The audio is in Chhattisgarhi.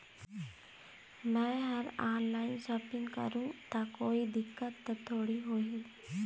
मैं हर ऑनलाइन शॉपिंग करू ता कोई दिक्कत त थोड़ी होही?